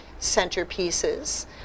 centerpieces